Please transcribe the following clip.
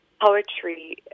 poetry